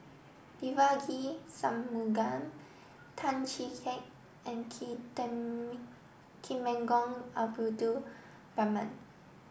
Devagi Sanmugam Tan Chee Teck and Temenggong Abdul Rahman